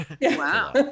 wow